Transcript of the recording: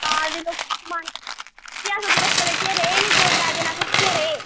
हां ते लोग समान भी अस बस्सै बिच्च गै रेह् निं दो त्रै दिन अस उत्थें गै ऐ रेह्